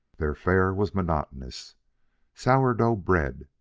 their fare was monotonous sour-dough bread,